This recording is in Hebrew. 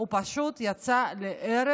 הוא פשוט יצא להרג